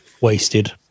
wasted